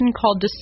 called